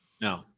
No